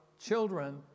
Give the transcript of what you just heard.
children